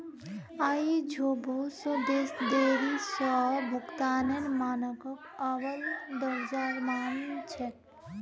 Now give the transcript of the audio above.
आई झो बहुत स देश देरी स भुगतानेर मानकक अव्वल दर्जार मान छेक